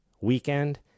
weekend